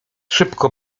szybko